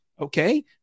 okay